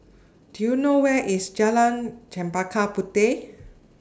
Do YOU know Where IS Jalan Chempaka Puteh